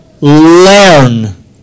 Learn